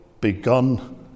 begun